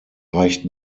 reicht